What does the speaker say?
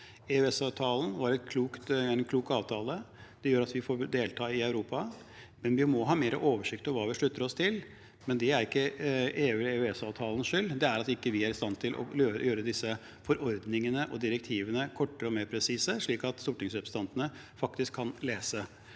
EØS-avtalen var en klok avtale. Det gjør at vi får delta i Europa, men vi må ha mer oversikt over hva vi slutter oss til. Det er ikke EU eller EØS-avtalens skyld – det er at vi ikke er i stand til å gjøre forordningene og direktivene korte og mer presise, slik at stortingsrepresentantene faktisk kan lese